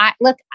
look